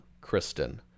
Kristen